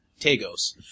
Tagos